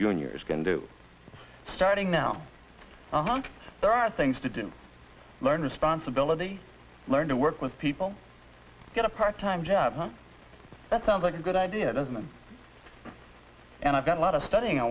juniors can do starting now and there are things to do learn responsibility learn to work with people get a part time job that sounds like a good idea doesn't and i've got a lot of studying i